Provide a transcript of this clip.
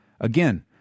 Again